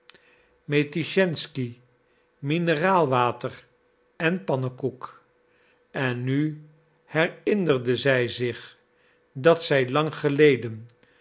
metischensky mineraalwater en pannekoek en nu herinnerde zij zich dat zij lang geleden